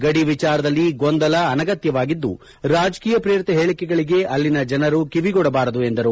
ಗಡಿ ವಿಚಾರದಲ್ಲಿ ಗೊಂದಲ ಅನಗತ್ತವಾಗಿದ್ದು ರಾಜಕೀಯ ಪ್ರೇರಿತ ಹೇಳಿಕೆಗಳಿಗೆ ಅಲ್ಲಿನ ಜನರು ಕಿವಿಗೊಡಬಾರದು ಎಂದರು